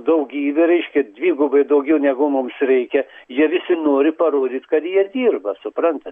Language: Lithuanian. daugybė reiškia dvigubai daugiau negu mums reikia jie visi nori parodyt kad jie dirba suprantat